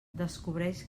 descobreix